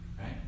Right